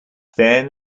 then